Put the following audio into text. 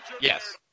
Yes